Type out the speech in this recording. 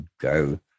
go